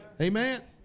Amen